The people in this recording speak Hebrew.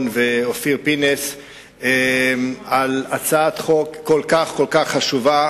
ולאופיר פינס על הצעת חוק כל כך כל כך חשובה.